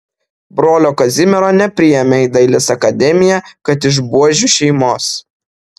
brolio kazimiero nepriėmė į dailės akademiją kad iš buožių šeimos